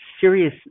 serious